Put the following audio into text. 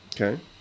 Okay